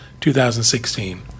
2016